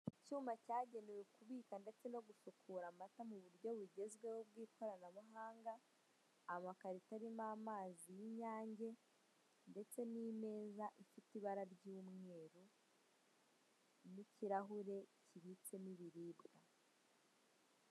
Icyuma cyagenewe kubika ndetse no gusukura amata mu buryo bugezweho bw'ikoranabuhanga, amakarito arimo amazi y'inyange ndetse n'imeza ifite ibara ry'umweru n'ikirahure kibitsemo ibiribwa.